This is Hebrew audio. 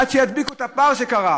עד שידביקו את הפער שקיים.